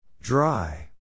Dry